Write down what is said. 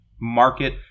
market